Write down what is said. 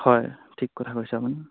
হয় ঠিক কথা কৈছে আপুনি